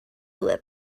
lip